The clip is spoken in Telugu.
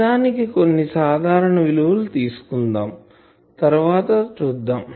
నిజానికి కొన్ని సాధారణ విలువలు తీసుకుందాం తరువాత చూద్దాం